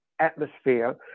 atmosphere